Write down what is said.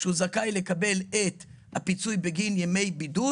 שהוא זכאי לקבל את הפיצוי בגין ימי בידוד.